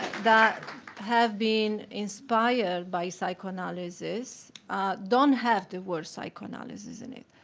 that have been inspired by psychoanalysis don't have the word psychoanalysis in it.